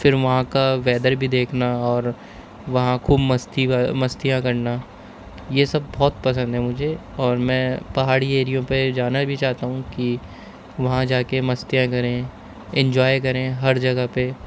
پھر وہاں کا ویدر بھی دیکھنا اور وہاں خوب مستی وا خوب مستیاں کرنا یہ سب بہت پسند ہے مجھے اور میں پہاڑی ایریوں پہ جانا بھی چاہتا ہوں کہ وہاں جا کے مستیاں کریں انجوائے کریں ہر جگہ پہ